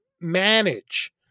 Manage